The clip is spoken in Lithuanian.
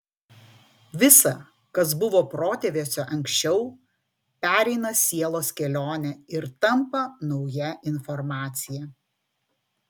visa kas buvo protėviuose anksčiau pereina sielos kelionę ir tampa nauja informacija